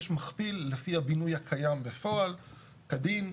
יש מכפיל לפי הבינוי הקיים בפועל, כדין.